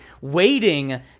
waiting